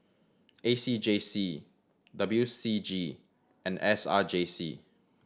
A C J C W C G and S R J C